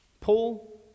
Paul